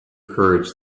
courage